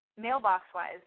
mailbox-wise